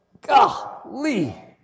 Golly